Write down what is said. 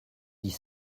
dix